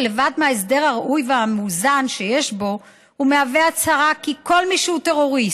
שלבד מההסדר הראוי והמאוזן שיש בו הוא מהווה הצהרה שכל מי שהוא טרוריסט,